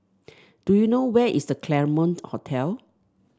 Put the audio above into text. do you know where is The Claremont Hotel